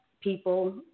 people